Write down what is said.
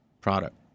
product